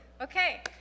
Okay